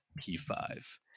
P5